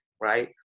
right